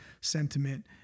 sentiment